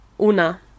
una